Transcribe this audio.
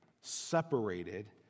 separated